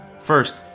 First